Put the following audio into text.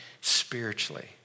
spiritually